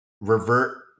revert